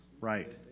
Right